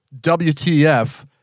WTF